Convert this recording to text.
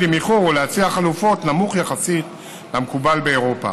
עם איחור ולהציע חלופות נמוכה יחסית למקובל באירופה.